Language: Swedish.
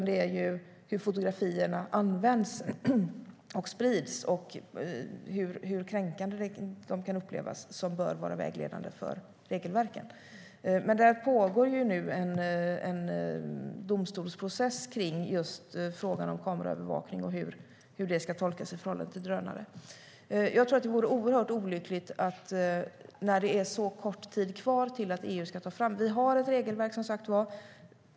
Det är hur fotografierna används och sprids och hur kränkande de kan upplevas som bör vara vägledande för regelverken. Det pågår nu en domstolsprocess om frågan om kameraövervakning och hur den ska tolkas i förhållande till drönare. Vi har som sagt ett regelverk.